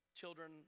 Children